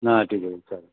हां ठीक आहे चाल